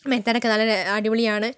method ഒക്കെ നല്ല രെ അടിപൊളിയാണ്